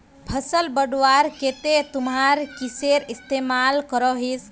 फसल बढ़वार केते तुमरा किसेर इस्तेमाल करोहिस?